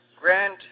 grant